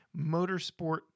motorsport